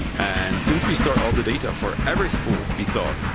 and since we store all the data for every spool, we thought,